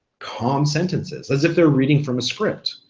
calm sentences as if they were reading from a script.